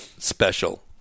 Special